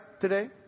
today